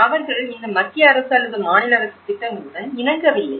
ஆனால் அவர்கள் இந்த மத்திய அரசு அல்லது மாநில அரசு திட்டங்களுடன் இணங்கவில்லை